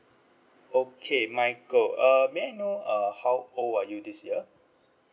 okay michael err may I know err how old are you this year